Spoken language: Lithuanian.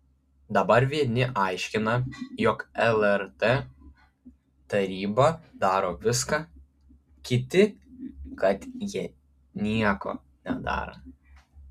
dabar vieni aiškina jog lrt taryba daro viską kiti kad ji nieko nedaro